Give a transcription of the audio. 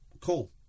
call